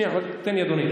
שנייה, תן לי, אדוני.